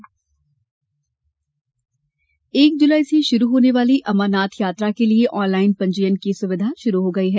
अमरनाथ यात्रा एक जुलाई से शुरू होने वाली अमरनाथ यात्रा के लिये ऑनलाइन पंजीयन की सुविधा शुरू हो गई है